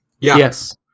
Yes